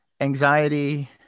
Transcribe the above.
anxiety